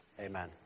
Amen